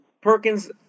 Perkins